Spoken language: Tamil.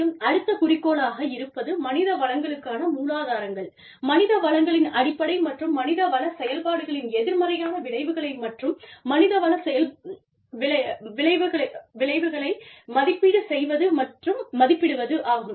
மேலும் அடுத்த குறிக்கோளாக இருப்பது மனித வளங்களுக்கான மூலாதாரங்கள் மனித வளங்களின் அடிப்படை மற்றும் மனித வள செயல்பாடுகளின் எதிர்மறையான விளைவுகளை மதிப்பீடு செய்வது மற்றும் மதிப்பிடுவதாகும்